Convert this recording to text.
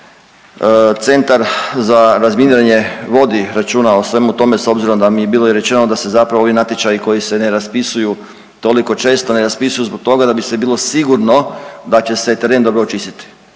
Centar za razminiranje vodi računa o svemu tome, s obzirom da mi bilo i rečeno da se zapravo ovi natječaji koji se ne raspisuju toliko često, ne raspisuju zbog toga da bi se bilo sigurno da će se teren dobro očistiti,